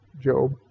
Job